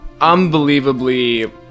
unbelievably